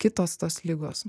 kitos tos ligos